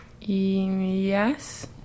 Yes